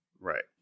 right